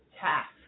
task